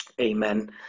amen